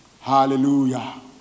Hallelujah